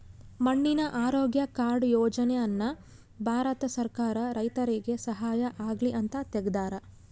ಮಣ್ಣಿನ ಆರೋಗ್ಯ ಕಾರ್ಡ್ ಯೋಜನೆ ಅನ್ನ ಭಾರತ ಸರ್ಕಾರ ರೈತರಿಗೆ ಸಹಾಯ ಆಗ್ಲಿ ಅಂತ ತೆಗ್ದಾರ